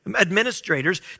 administrators